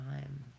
time